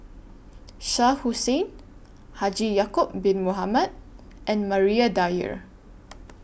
Shah Hussain Haji Ya'Acob Bin Mohamed and Maria Dyer